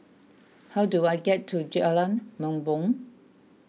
how do I get to Jalan Bumbong